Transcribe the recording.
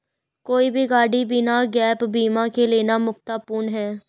कोई भी गाड़ी बिना गैप बीमा के लेना मूर्खतापूर्ण है